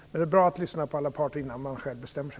Men det är bra att lyssna på alla parter innan man själv bestämmer sig.